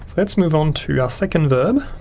let's move on to our second verb.